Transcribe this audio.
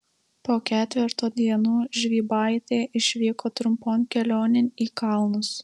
po ketverto dienų žvybaitė išvyko trumpon kelionėn į kalnus